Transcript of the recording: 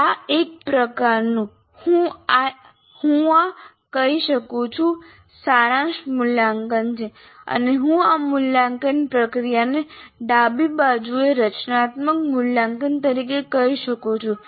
આ એક પ્રકારનું હું આ કહી શકું છું સારાંશ મૂલ્યાંકન છે અને હું આ મૂલ્યાંકન પ્રક્રિયાને ડાબી બાજુએ રચનાત્મક મૂલ્યાંકન તરીકે કહી શકું છું